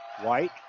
White